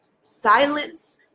silence